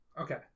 Okay